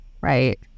right